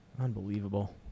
Unbelievable